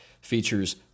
features